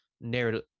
narrative